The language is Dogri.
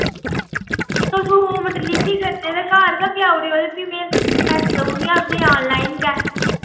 तुस होम डिलीवरी करदे ते घर गै भजाउड़ेओ ते फ्ही मैं पैसे देऊनी आं तुसें आनलाइन गै